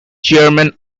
chairman